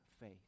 faith